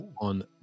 on